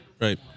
Right